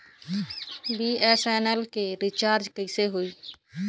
BSNL के recharge कैसे होयी?